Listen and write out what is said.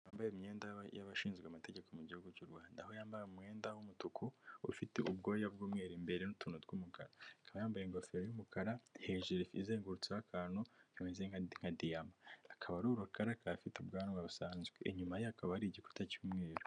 Umugabo wambaye imyenda y'abashinzwe amategeko mu gihugu cy'u Rwanda. Aho yambaye umwenda w'umutuku, ufite ubwoya bw'umweru imbere n'utuntu tw'umukara. Akaba yambaye ingofero y'umukara, hejuru izengurutseho akantu kameze nka diyama. Akaba ari urukara afite ubwanwa busanzwe. Inyuma ye hakaba hari igikuta cy'umweru.